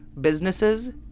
businesses